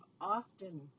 often